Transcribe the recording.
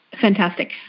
Fantastic